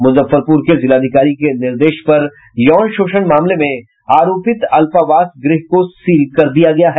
मुजफ्फरपुर के जिलाधिकारी के निर्देश पर यौन शोषण मामले में आरोपित अल्पावास गृह को सील कर दिया गया है